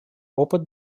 опыт